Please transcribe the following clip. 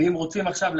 אני חושבת שחשוב מאוד